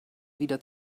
wieder